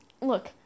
Look